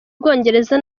ubwongereza